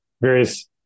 various